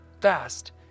fast